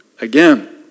again